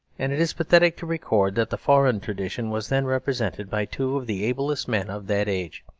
and it is pathetic to record that the foreign tradition was then represented by two of the ablest men of that age,